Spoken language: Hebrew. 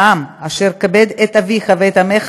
העם אשר "כבד את אביך ואת אימך"